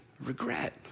regret